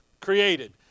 created